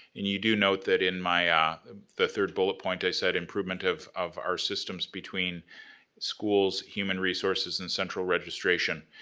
and you do note that in my ah um third bullet point, i said improvement of of our systems between schools, human resources and central registration.